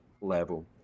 level